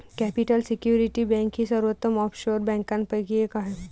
capital Security Bank ही सर्वोत्तम offshore बँकांपैकी एक आहे